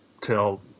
till